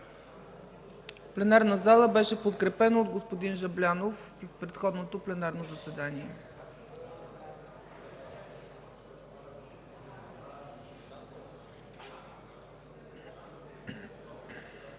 пленарната зала беше подкрепено от господин Жаблянов на предходното пленарно заседание.